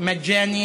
להלן תרגומם: